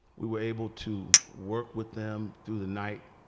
we were able to work with them through the night.